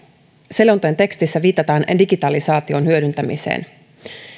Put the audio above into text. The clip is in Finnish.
selonteon tekstissä viitataan digitalisaation hyödyntämiseen